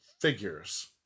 figures